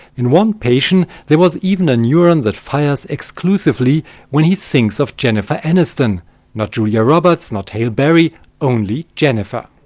in one patient there was even a neuron that fires exclusively when he thinks of jennifer aniston not julia roberts, not halle berry only jennifer.